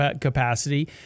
capacity